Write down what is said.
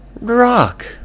Rock